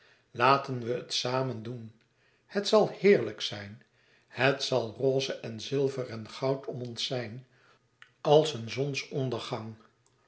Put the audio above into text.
laten we het samen doen het zal heerlijk zijn het zal roze en zilver en goud om ons zijn als een zonsondergang